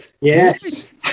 Yes